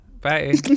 Bye